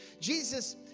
Jesus